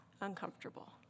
uncomfortable